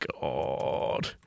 God